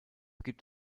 gibt